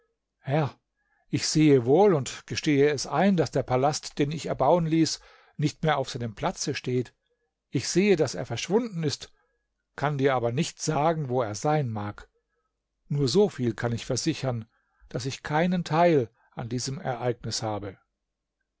herr ich sehe wohl und gestehe es ein daß der palast den ich erbauen ließ nicht mehr auf seinem platze steht ich sehe daß er verschwunden ist kann dir aber nicht sagen wo er sein mag nur so viel kann ich versichern daß ich keinen teil an diesem ereignis habe